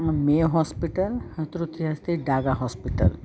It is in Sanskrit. मे हास्पिटल् हा तृतीयम् अस्ति डागा हास्पिटल्